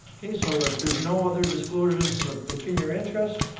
okay, so if there's no other disclosures of ah pecuniary interest.